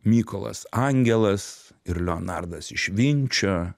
mykolas angelas ir leonardas iš vinčio